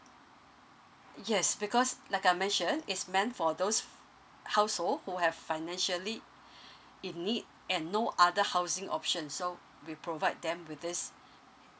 yes because like I mentioned it's meant for those household who have financially in need and no other housing option so we provide them with this